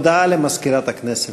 הודעה למזכירת הכנסת.